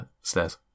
stairs